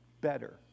better